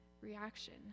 reaction—